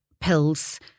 pills